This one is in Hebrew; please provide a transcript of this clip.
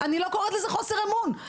אני לא קוראת לזה חוסר אמון,